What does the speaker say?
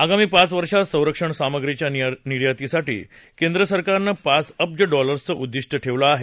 आगामी पाच वर्षात संरक्षणसामुप्रीच्या निर्यातीसाठी केंद्रसरकारनं पाच अब्ज डॉलर्सचं उद्दिष्ट ठेवलं आहे